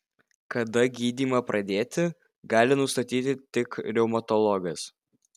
kada gydymą pradėti gali nustatyti tik reumatologas